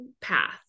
path